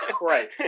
Right